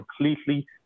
completely